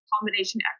combination